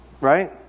right